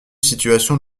situations